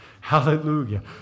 Hallelujah